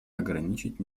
ограничить